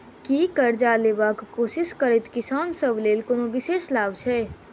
की करजा लेबाक कोशिश करैत किसान सब लेल कोनो विशेष लाभ छै?